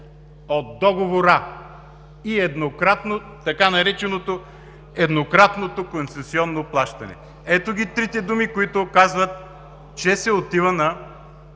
от договора“ и така нареченото „еднократното концесионно плащане“. Ето ги трите думи, които указват, че се отива с